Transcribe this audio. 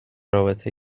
رابطه